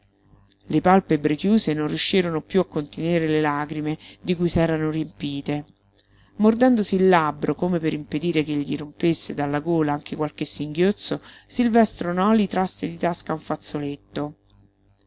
le palpebre chiuse non riuscirono piú a contenere le lagrime di cui s'erano riempite mordendosi il labbro come per impedire che gli rompesse dalla gola anche qualche singhiozzo silvestro noli trasse di tasca un fazzoletto